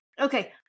okay